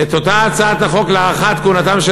את אותה הצעת החוק להארכת כהונתם של